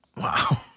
Wow